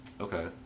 Okay